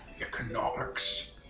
Economics